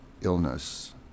illness